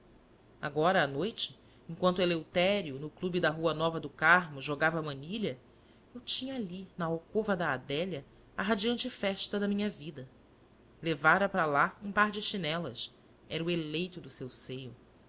agora à noitinha enquanto eleutério no clube da rua nova do carmo jogava a manilha eu tinha ali na alcova da adélia a radiante festa da minha vida levara para lá um par de chinelas era o eleito do seu seio